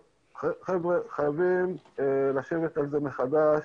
חייבים לשבת על זה מחדש.